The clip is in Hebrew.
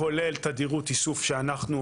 כולל תדירות איסוף שאנחנו,